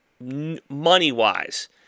money-wise